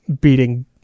beating